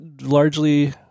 largely